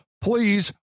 Please